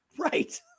Right